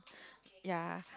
yeah